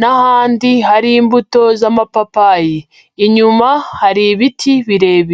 n'ahandi hari imbuto z'amapapayi, inyuma hari ibiti birebire.